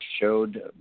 showed